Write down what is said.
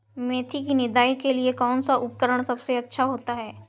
मेथी की निदाई के लिए कौन सा उपकरण सबसे अच्छा होता है?